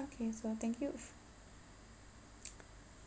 okay so thank you